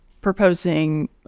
proposing